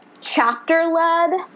chapter-led